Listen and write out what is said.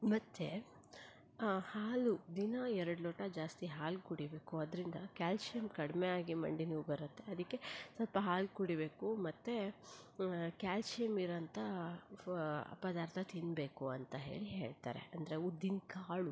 ಮತ್ತು ಹಾಲು ದಿನ ಎರಡು ಲೋಟ ಜಾಸ್ತಿ ಹಾಲು ಕುಡಿಬೇಕು ಅದರಿಂದ ಕ್ಯಾಲ್ಶಿಯಂ ಕಡಿಮೆ ಆಗಿ ಮಂಡಿ ನೋವು ಬರತ್ತೆ ಅದಕ್ಕೆ ಸ್ವಲ್ಪ ಹಾಲು ಕುಡಿಬೇಕು ಮತ್ತು ಕ್ಯಾಲ್ಶಿಯಂ ಇರೊಂಥ ಪದಾರ್ಥ ತಿನ್ನಬೇಕು ಅಂತ ಹೇಳಿ ಹೇಳ್ತಾರೆ ಅಂದರೆ ಉದ್ದಿನ ಕಾಳು